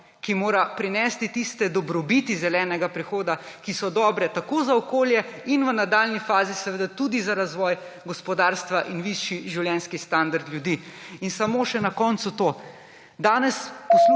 ki mora prinesti tiste dobrobiti zelenega prehoda, ki so dobre tako za okolje in v nadaljnji fazi seveda tudi za razvoj gospodarstva in višji življenjski standard ljudi. Na koncu samo še to. Danes poslušamo